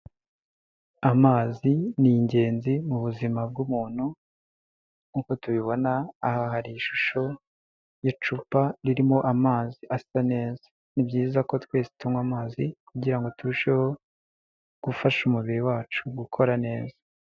Amazi ni ingenzi mu buzima bw'umuntu, nkuko tubibona aha hari ishusho y'icupa ririmo amazi asa neza. Nibyiza ko twese tunywa amazi kugira ngo turusheho gufasha umubiri wacu gukora neza.